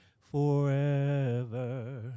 forever